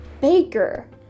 Baker